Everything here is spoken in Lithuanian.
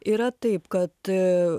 yra taip kad